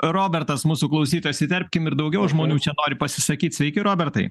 robertas mūsų klausytojas įterpkim ir daugiau žmonių čia nori pasisakyt sveiki robertai